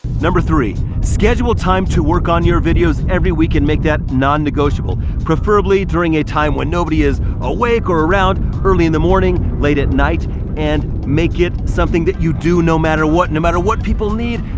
number three, schedule time to work on your videos every week and make that non-negotiable. preferably during a time when nobody is awake or around early in the morning, late at night and make it something that you do no matter what and matter what people need,